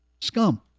scum